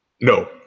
no